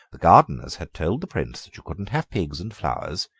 the gardeners had told the prince that you couldn't have pigs and flowers,